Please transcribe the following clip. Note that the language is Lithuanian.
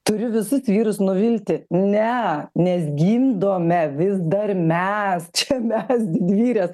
turiu visus vyrus nuvilti ne nes gimdome vis dar mes čia mes didvyrės